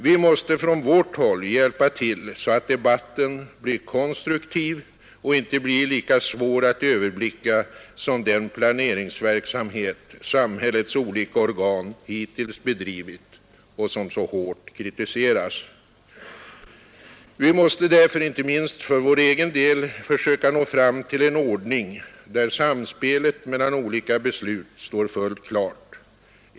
Vi måste från vårt håll hjälpa till, så att debatten blir konstruktiv och inte lika svår att överblicka som den planeringsverksamhet samhällets olika organ hittills bedrivit och som så hårt kritiseras. Vi måste därför inte minst för vår egen del försöka nå fram till en ordning, där samspelet mellan olika beslut står fullt klart.